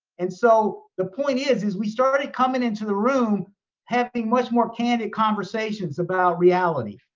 and so the point is, is we started coming into the room having much more candid conversations about reality.